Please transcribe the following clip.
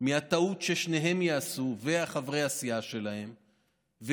מהטעות ששניהם וחברי הסיעה שלהם יעשו,